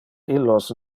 illos